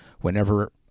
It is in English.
whenever